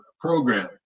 program